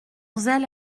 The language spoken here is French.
zèle